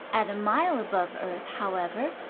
at a mile above earth, however,